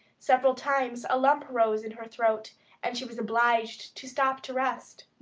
several times a lump rose in her throat and she was obliged to stop to rest.